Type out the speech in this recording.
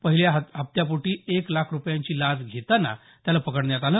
पहिल्या हप्त्यापोटी एक लाख रूपयांची लाच घेतांना त्याला पकडण्यात आलं